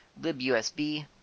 LibUSB